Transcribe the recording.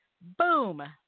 Boom